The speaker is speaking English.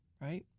right